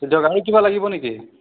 দিয়ক আৰু কিবা লাগিব নেকি